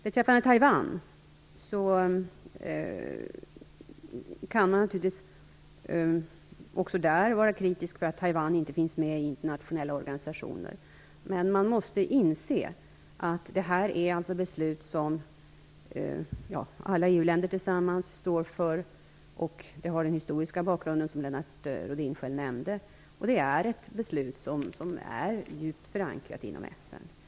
När det gäller Taiwan kan man naturligtvis också vara kritisk mot att Taiwan inte finns med i internationella organisationer. Men man måste inse att detta är beslut som alla EU-länder gemensamt står bakom. Det hör ihop med den historiska bakgrunden, som Lennart Rohdin nämnde. Detta beslut är djupt förankrat inom FN.